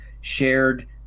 shared